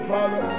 Father